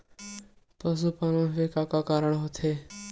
पशुपालन से का का कारण होथे?